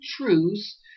truths